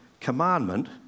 commandment